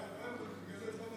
אה, כי אתה אוהב אותי.